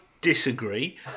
disagree